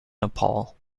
nepal